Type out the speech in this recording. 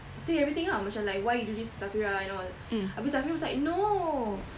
say everything ah macam like why you do this to safirah and all abeh safirah was like no